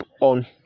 on